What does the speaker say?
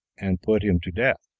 and put him to death.